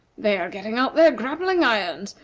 they are getting out their grappling-irons,